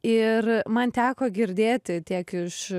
ir man teko girdėti tiek iš